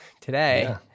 today